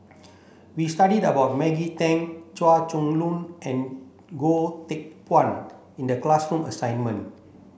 we studied about Maggie Teng Chua Chong Long and Goh Teck Phuan in the classroom assignment